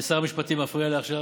ושר המשפטים מפריע לי עכשיו.